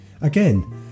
Again